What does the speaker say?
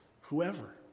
whoever